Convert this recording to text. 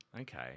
Okay